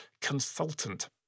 consultant